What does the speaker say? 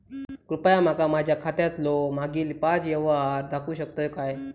कृपया माका माझ्या खात्यातलो मागील पाच यव्हहार दाखवु शकतय काय?